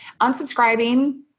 unsubscribing